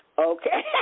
Okay